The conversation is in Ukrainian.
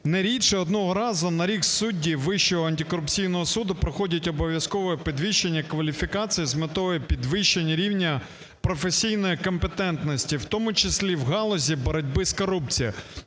"Не рідше одного разу на рік судді Вищого антикорупційного суду проходять обов'язкове підвищення кваліфікації з метою підвищення рівня професійної компетентності, в тому числі в галузі боротьби з корупцією"